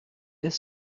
est